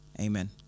Amen